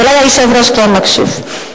אולי היושב-ראש כן מקשיב.